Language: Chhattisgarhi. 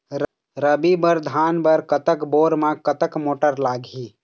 रबी बर धान बर कतक बोर म कतक मोटर लागिही?